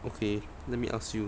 okay let me ask you